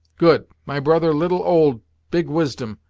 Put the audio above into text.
good! my brother little old big wisdom.